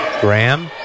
Graham